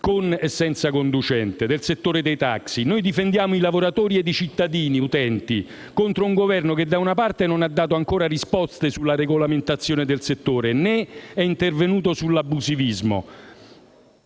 con e senza conducente e dei taxi. Noi difendiamo i lavoratori e i cittadini utenti contro un Governo che, da una parte, non ha dato ancora risposte sulla regolamentazione del settore né è intervenuto sull'abusivismo